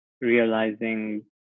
realizing